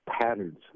patterns